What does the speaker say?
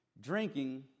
drinking